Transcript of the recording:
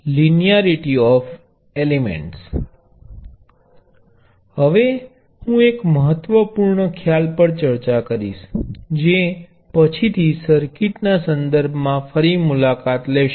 હવે હું એક મહત્વપૂર્ણ ખ્યાલ પર ચર્ચા કરીશ જે પછીથી સર્કિટના સંદર્ભમાં ફરી મુલાકાત લેશે